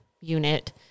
unit